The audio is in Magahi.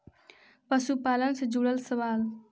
पशुपालन से जुड़ल सवाल?